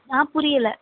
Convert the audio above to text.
on புரியலை